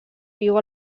viu